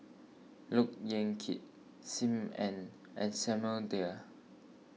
Look Yan Kit Sim Ann and Samuel Dyer